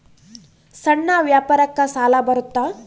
ಸಣ್ಣ ವ್ಯಾಪಾರಕ್ಕ ಸಾಲ ಬರುತ್ತಾ?